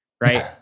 right